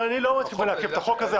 אני לא רואה סיבה לעכב את החוק הזה.